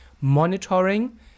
monitoring